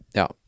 ja